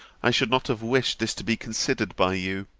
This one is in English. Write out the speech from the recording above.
i should not have wished this to be considered by you.